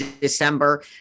December